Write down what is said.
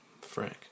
Frank